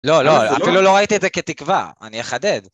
לא, אפילו לא ראיתי את זה כתקווה, אני אחדד.